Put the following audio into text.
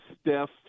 Steph